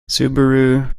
subaru